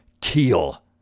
Keel